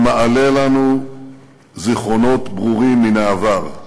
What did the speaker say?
שמעלה לנו זיכרונות ברורים מן העבר.